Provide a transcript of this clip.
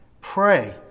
Pray